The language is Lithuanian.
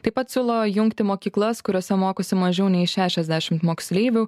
taip pat siūlo jungti mokyklas kuriose mokosi mažiau nei šešiasdešimt moksleivių